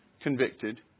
convicted